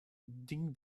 din